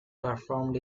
performed